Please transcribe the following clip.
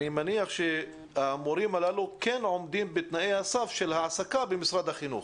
אני מניח שהמורים האלו כן עומדים בתנאי הסף של העסקה במשרד החינוך.